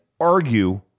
argue